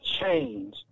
change